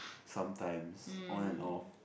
sometimes on and off